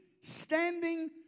standing